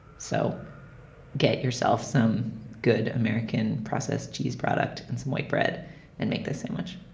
so get yourself some good american processed cheese product and some white bread and make this sandwich.